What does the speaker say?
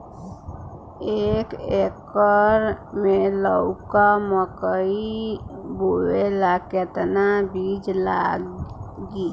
एक एकर मे लौका मकई बोवे ला कितना बिज लागी?